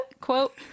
quote